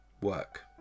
work